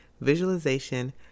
visualization